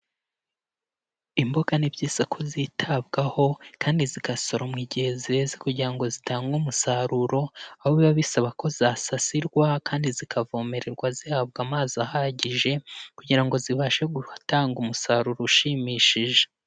Imboga ni byiza ko zitabwaho kandi zigasoromwa igihe zeze kugira ngo zitange umusaruro, aho biba bisaba ko zasasirwa kandi zikavomererwa zihabwa amazi ahagije, kugira ngo zibashe gutanga umusaruro ushimishije.